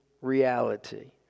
reality